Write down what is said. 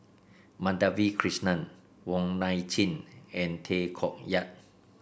Madhavi Krishnan Wong Nai Chin and Tay Koh Yat